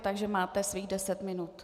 Takže máte svých deset minut.